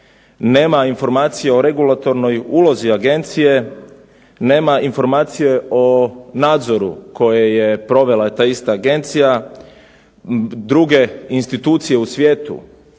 Nema informacije o regulatornoj ulozi agencije, nema informacije o nadzoru koje je provela ta ista agencija. Druge institucije u svijetu